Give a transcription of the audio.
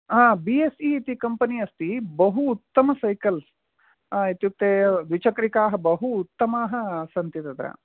हा B S E इति company अस्ति बहु उत्तम सैकल् इत्युक्ते द्विचक्रिकाः बहु उत्तमाः सन्ति तत्र